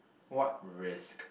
what risk